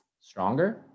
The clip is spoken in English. stronger